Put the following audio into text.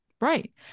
Right